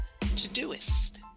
Todoist